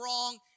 wrong